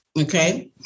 Okay